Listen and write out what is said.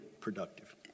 productive